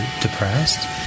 depressed